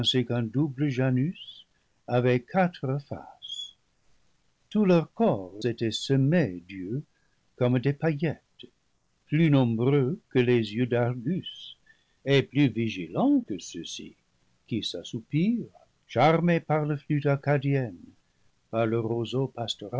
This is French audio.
double janus avait quatre faces tout leur corps était semé d'yeux comme des paillettes plus nombreux que les yeux d'argus et plus vigilants que ceux-ci qui s'assoupirent charmés par la flûte arcadienne par le roseau